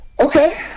Okay